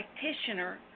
practitioner